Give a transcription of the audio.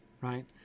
right